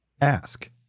ask